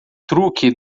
truque